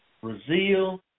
Brazil